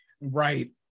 Right